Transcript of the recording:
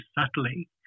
subtly